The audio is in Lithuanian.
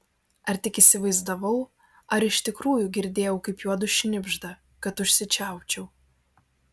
ar tik įsivaizdavau ar iš tikrųjų girdėjau kaip juodu šnibžda kad užsičiaupčiau